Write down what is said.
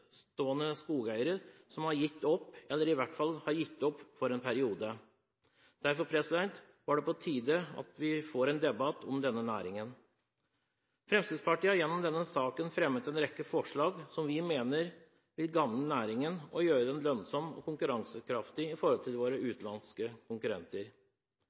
enkeltstående skogeiere som har gitt opp, eller i hvert fall gitt opp for en periode. Derfor er det på tide at vi får en debatt om denne næringen. Fremskrittspartiet har gjennom denne saken fremmet en rekke forslag som vi mener vil gagne næringen, og gjøre den lønnsom og konkurransekraftig i forhold til våre utenlandske konkurrenter.